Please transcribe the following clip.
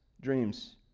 dreams